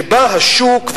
שבה השוק,